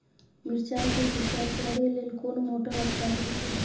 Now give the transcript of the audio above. मिर्चाय के सिंचाई करे लेल कोन मोटर अच्छा होय छै?